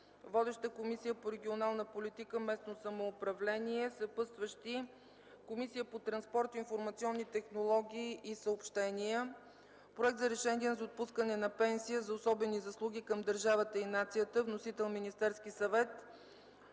Водеща е Комисията по регионална политика и местно самоуправление. Съпътстваща е Комисията по транспорт, информационни технологии и съобщения. - Проект за решение за отпускане на пенсия за особени заслуги към държавата и нацията. Вносител е Министерският съвет.